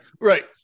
Right